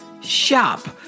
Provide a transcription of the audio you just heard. shop